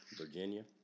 Virginia